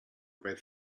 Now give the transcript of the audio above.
about